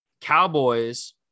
Cowboys